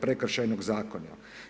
Prekršajnog zakona.